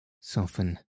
soften